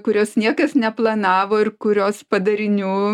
kurios niekas neplanavo ir kurios padarinių